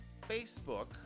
Facebook